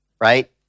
right